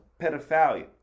pedophilia